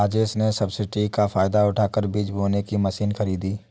राजेश ने सब्सिडी का फायदा उठाकर बीज बोने की मशीन खरीदी